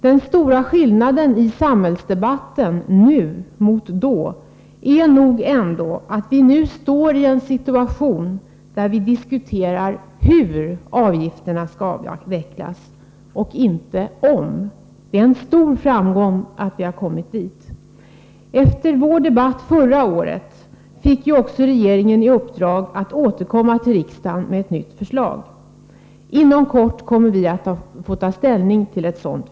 Den stora skillnaden i samhällsdebatten är nog att vi nu befinner oss i en situation där vi diskuterar hur avgifterna skall avvecklas och inte om de skall avvecklas. Det är en stor framgång att vi har kommit så långt. Efter debatten här förra året fick ju regeringen i uppdrag att återkomma till riksdagen med ett nytt förslag. Inom kort kommer vi att få ta ställning till ett sådant.